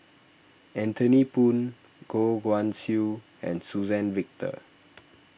Anthony Poon Goh Guan Siew and Suzann Victor